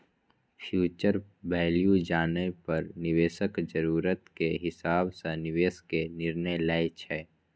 future value जानै पर निवेशक जरूरत के हिसाब सं निवेश के निर्णय लै छै